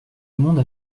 monde